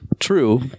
True